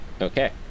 Okay